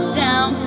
down